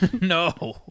no